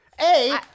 A-